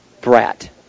brat